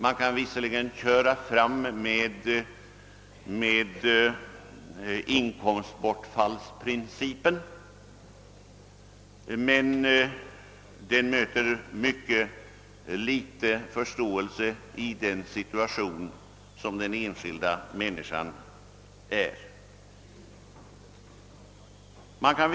Man kan visserligen peka på inkomstbortfallsprincipen, men den möter ofta mycket liten förståelse i den situation som den enskilda människan befinner sig.